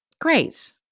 Great